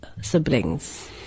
Siblings